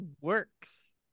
works